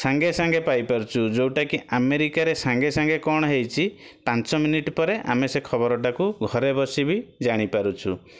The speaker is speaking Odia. ସାଙ୍ଗେସାଙ୍ଗେ ପାଇ ପାରୁଛୁ ଯେଉଁଟା କି ଆମେରିକାରେ ସାଙ୍ଗେସାଙ୍ଗେ କ'ଣ ହେଇଛି ପାଞ୍ଚ ମିନିଟ୍ ପରେ ଆମେ ସେ ଖବର ଟାକୁ ଘରେ ବସି ବି ଜାଣି ପାରୁଛୁ